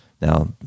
Now